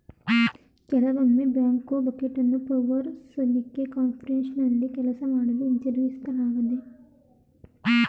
ಕೆಲವೊಮ್ಮೆ ಬ್ಯಾಕ್ಹೋ ಬಕೆಟನ್ನು ಪವರ್ ಸಲಿಕೆ ಕಾನ್ಫಿಗರೇಶನ್ನಲ್ಲಿ ಕೆಲಸ ಮಾಡಲು ಹಿಂತಿರುಗಿಸಲಾಗ್ತದೆ